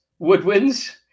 woodwinds